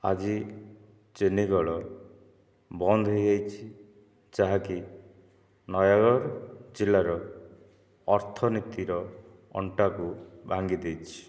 ଆଜି ଚିନିକଳ ବନ୍ଦ ହୋଇଯାଇଛି ଯାହାକି ନୟାଗଡ଼ ଜିଲ୍ଲାର ଅର୍ଥନୀତିର ଅଣ୍ଟାକୁ ଭାଙ୍ଗି ଦେଇଛି